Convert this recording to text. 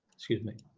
excuse me.